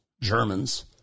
Germans